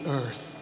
earth